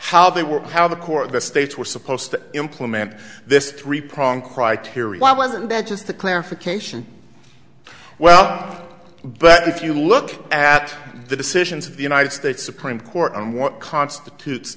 how they were how the court the states were supposed to implement this three prong criteria why wasn't that just the clarification well but if you look at the decisions of the united states supreme court and what constitutes